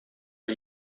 are